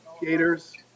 Gators